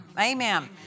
Amen